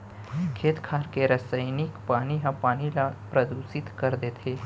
खेत खार के रसइनिक पानी ह पानी ल परदूसित कर देथे